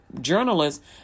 journalists